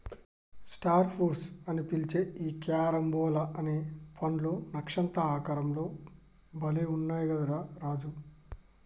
star fruits అని పిలిచే ఈ క్యారంబోలా అనే పండ్లు నక్షత్ర ఆకారం లో భలే గున్నయ్ కదా రా రాజు